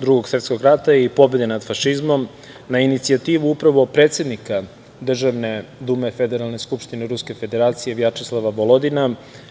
Drugog svetskog rata i pobede nad fašizmom, na inicijativu upravo predsednika Državne Dume Federalne skupštine Ruske Federacije Vjačeslava Volodina,